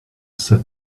said